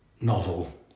novel